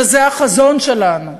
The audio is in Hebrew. שזה החזון שלנו: